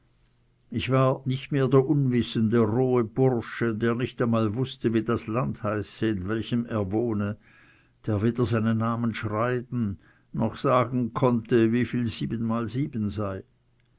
ich war nicht mehr der unwissende rohe bursche der nicht wußte wie das land heiße in welchem er wohnte der weder seinen namen schreiben noch sagen konnte wieviel siebenmal sieben sei